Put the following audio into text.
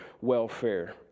welfare